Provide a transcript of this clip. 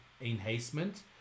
enhancement